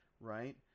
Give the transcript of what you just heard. right